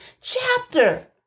chapter